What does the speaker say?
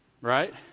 Right